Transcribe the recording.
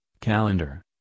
calendar